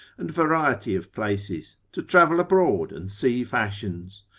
and variety of places, to travel abroad and see fashions.